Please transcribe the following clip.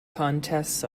contests